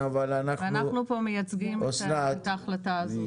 אנחנו כאן מייצגים את ההחלטה הזאת.